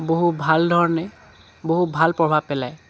বহু ভাল ধৰণে বহু ভাল প্ৰভাৱ পেলায়